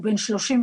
הוא בן 32,